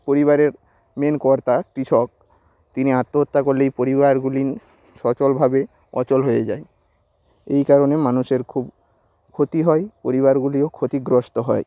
পরিবারের মেন কর্তা কৃষক তিনি আত্মহত্যা করলে এই পরিবারগুলি সচলভাবে অচল হয়ে যায় এই কারণে মানুষের খুব ক্ষতি হয় পরিবারগুলিও ক্ষতিগ্রস্ত হয়